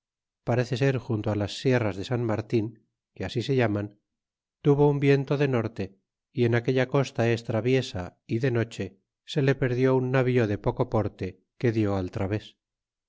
parece ser junto a las sierras de san martin que así se llaman tuvo un viento de norte y en aquella costa es traviesa y de noche se le perdió un navio de poco porte que dió al traves